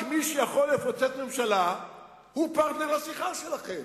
רק מי שיכול לפוצץ ממשלה הוא פרטנר לשיחה שלכם.